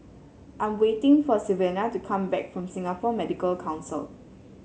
I'm waiting for Sylvania to come back from Singapore Medical Council